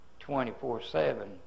24-7